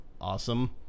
Awesome